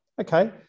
Okay